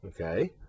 Okay